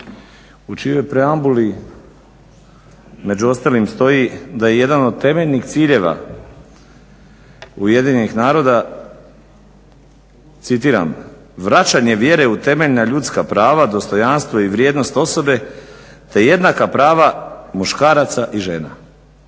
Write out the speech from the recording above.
u čijoj preambuli među ostalih stoji da je jedan od temeljnih ciljeva Ujedinjenih naroda, citiram: "Vraćanje vjere u temeljna ljudska prava, dostojanstvo i vrijednost osobe, te jednaka prava muškaraca i žena."